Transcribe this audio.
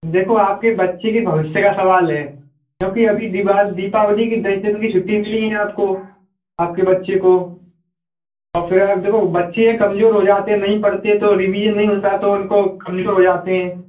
देखो आपके बच्चे के भविष्य का सवाल है क्योंकि अभी दिवाल दीपावली की दस दिन की छुट्टी मिली है आपको आपके बच्चे को और फिर आप देखो बच्चे हैं कमज़ोर हो जाते हैं नहीं पढ़ते तो रीवीजन नहीं मिलता तो उनको कमज़ोर हो जाते हैं